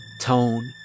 tone